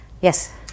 Yes